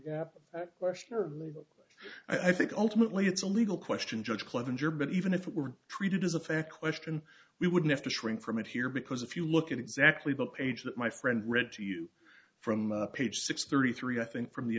earlier question i think ultimately it's a legal question judge clevenger but even if it were treated as a fair question we wouldn't have to shrink from it here because if you look at exactly the page that my friend read to you from page six thirty three i think from the